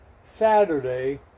Saturday